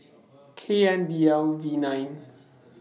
K N D L V nine